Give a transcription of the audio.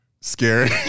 scary